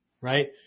right